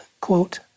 quote